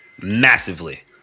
massively